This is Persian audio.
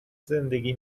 زندگی